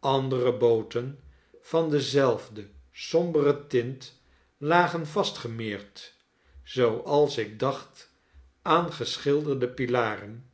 andere booten van dezelfde sombere tint lagen vastgemeerd zooals ik dacht aan geschilderde pilaren